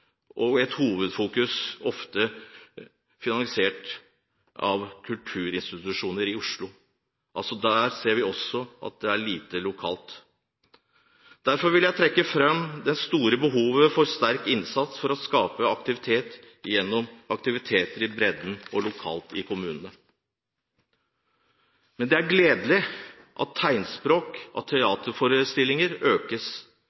og at det er et hovedfokus på offentlig finansierte kulturinstitusjoner i Oslo – det ser vi lite av lokalt. Derfor vil jeg trekke fram det store behovet for en sterkere innsats for å skape aktivitet gjennom egenaktivitet i bredden lokalt i kommunene. Det er gledelig at tegnspråktolking av teaterforestillinger økes.